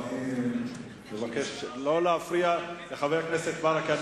אני מבקש לא להפריע לחבר הכנסת ברכה,